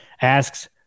asks